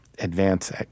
advance